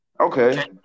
Okay